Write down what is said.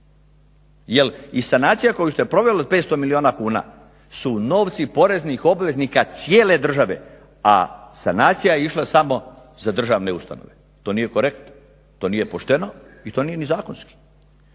Jer i sanacija koju ste proveli od 500 milijuna kuna su novci poreznih obveznika cijele države, a sanacija je išla samo za državne ustanove. To nije korektno, to nije pošteno i to nije ni zakonski.